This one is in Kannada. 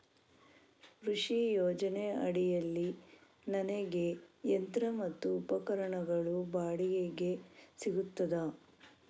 ಕೃಷಿ ಯೋಜನೆ ಅಡಿಯಲ್ಲಿ ನನಗೆ ಯಂತ್ರ ಮತ್ತು ಉಪಕರಣಗಳು ಬಾಡಿಗೆಗೆ ಸಿಗುತ್ತದಾ?